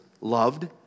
loved